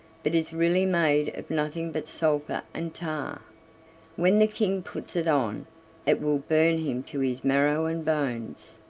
but is really made of nothing but sulphur and tar when the king puts it on it will burn him to his marrow and bones.